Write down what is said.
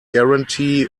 guarantee